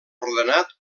ordenat